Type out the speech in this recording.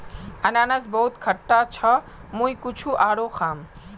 अनन्नास बहुत खट्टा छ मुई कुछू आरोह खाम